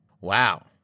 Wow